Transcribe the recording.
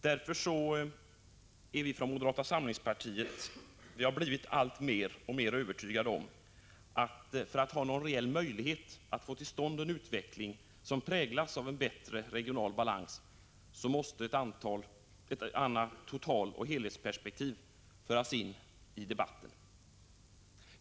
Därför har vi från moderata samlingspartiet blivit alltmer övertygade om att för att ha någon reell möjlighet att få till stånd en utveckling som präglas av en bättre regional balans måste ett annat totaloch helhetsperspektiv föras in i debatten.